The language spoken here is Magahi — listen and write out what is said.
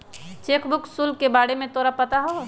चेक बुक शुल्क के बारे में तोरा पता हवा?